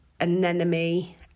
anemone